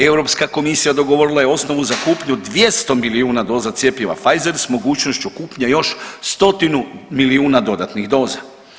Europska komisija dogovorila je osnovu za kupnju 2000 miliona doza cjepiva Pfizer s mogućnošću kupnje još 100 milijuna dodatnih doza.